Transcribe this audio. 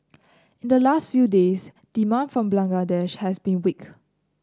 in the last few days demand from Bangladesh has been weak